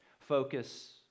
Focus